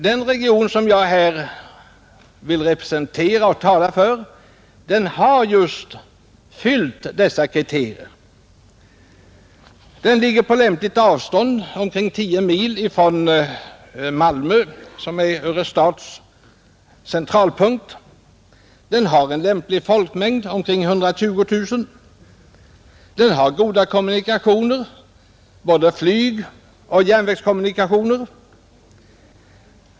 Den region som jag representerar fyller dessa kriterier. Den ligger på lämpligt avstånd, omkring tio mil från Malmö, som är Örestads centralpunkt. Den har lämplig folkmängd, omkring 120 000. Den har goda kommunikationer — både flyg och järnvägsförbindelser.